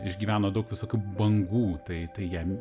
išgyveno daug visokių bangų tai tai jam